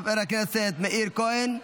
חבר הכנסת מאיר כהן,